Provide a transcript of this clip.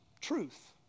truth